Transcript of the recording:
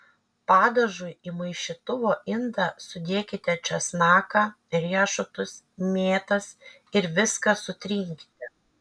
padažui į maišytuvo indą sudėkite česnaką riešutus mėtas ir viską sutrinkite